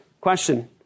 Question